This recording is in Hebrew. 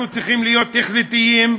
אנחנו צריכים להיות החלטיים,